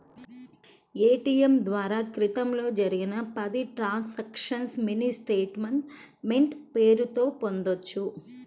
ATM ద్వారా క్రితంలో జరిపిన పది ట్రాన్సక్షన్స్ ని మినీ స్టేట్ మెంట్ పేరుతో పొందొచ్చు